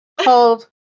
Hold